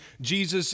Jesus